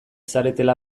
zaretela